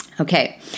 Okay